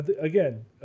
again